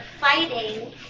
fighting